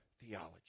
theology